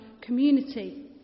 community